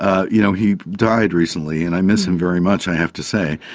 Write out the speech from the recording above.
ah you know he died recently and i miss him very much, i have to say.